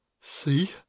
see